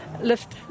lift